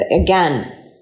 again